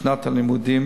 שנת הלימודים,